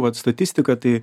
vat statistiką tai